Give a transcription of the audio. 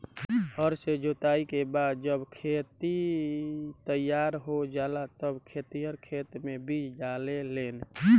हर से जोताई के बाद जब खेत तईयार हो जाला तब खेतिहर खेते मे बीज डाले लेन